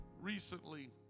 recently